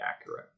accurate